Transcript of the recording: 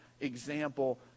example